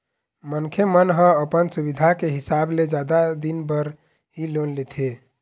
मनखे मन ह अपन सुबिधा के हिसाब ले जादा दिन बर ही लोन लेथे